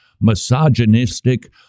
misogynistic